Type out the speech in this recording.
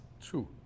True